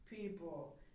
people